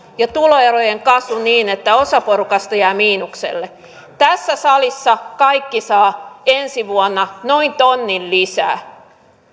ja tuloerojen kasvu niin että osa porukasta jää miinukselle tässä salissa kaikki saavat ensi vuonna noin tonnin lisää